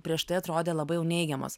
prieš tai atrodė labai jau neigiamas